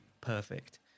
perfect